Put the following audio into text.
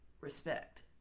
respect